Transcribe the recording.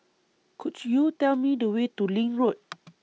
Could YOU Tell Me The Way to LINK Road